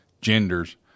genders